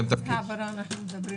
על איזה העברה אנחנו מדברים?